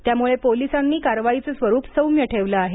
त्यामुळे पोलिसांनी कारवाईचं स्वरूप सौम्य ठेवलं आहे